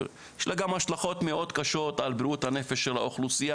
יש לה גם השלכות מאוד קשות על בריאות הנפש של האוכלוסיה